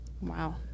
Wow